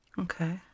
Okay